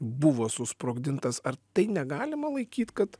buvo susprogdintas ar tai negalima laikyt kad